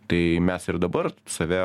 tai mes ir dabar save